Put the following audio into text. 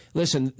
listen